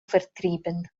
vertrieben